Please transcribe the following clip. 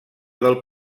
del